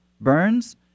burns